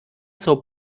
zur